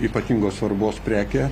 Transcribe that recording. ypatingos svarbos prekė